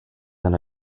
than